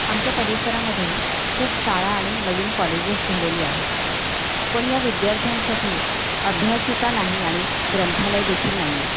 आमच्या परिसरामध्ये खूप शाळा आणि नवीन कॉलेजेस झालेली आहेत पण या विद्यार्थ्यांसाठी अभ्यासिका नाही आणि ग्रंथालय देखील नाही आहे